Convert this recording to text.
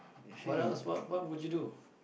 what else what would you do